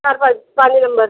ਘਰ ਪਾਉਣ ਨੂੰ ਪੰਜ ਨੰਬਰ